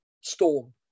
storm